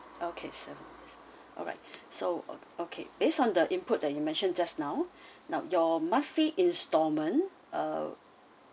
okay seven alright so o~ okay based on the input that you mentioned just now now your monthly instalment uh